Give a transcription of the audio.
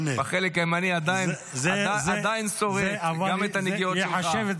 -- אתה גם דאגת שאף אחד לא ייגע במיקרופון,